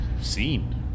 seen